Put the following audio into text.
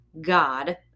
God